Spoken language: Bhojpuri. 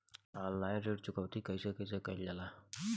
ऑनलाइन ऋण चुकौती कइसे कइसे कइल जाला?